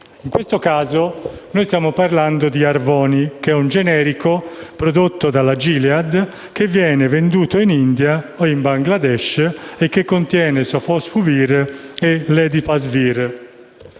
In questo caso stiamo parlando di Harvoni, il generico prodotto dalla Gilead, che viene venduto in India e Bangladesh e che contiene Sofosbuvir e Ledipasvir.